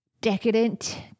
decadent